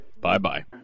Bye-bye